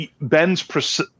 Ben's